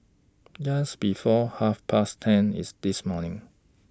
Just before Half Past ten IS This morning